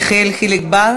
חבר הכנסת יחיאל חיליק בר,